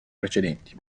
precedenti